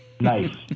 Nice